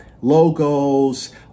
logos